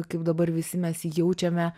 kaip dabar visi mes jaučiame